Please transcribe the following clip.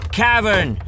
cavern